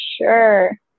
sure